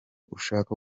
ushaka